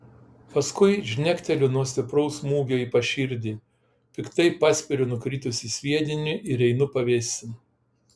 paskui žnekteliu nuo stipraus smūgio į paširdį piktai paspiriu nukritusį sviedinį ir einu pavėsin